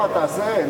לא, תעשה.